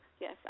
yes